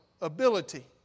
ability